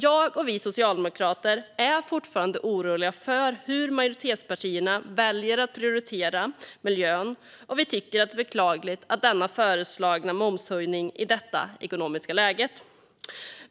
Jag och vi socialdemokrater är fortfarande oroliga för hur majoritetspartierna väljer att prioritera miljön, och vi tycker att det är beklagligt att den föreslagna momshöjningen kommer i detta ekonomiska läge.